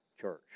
church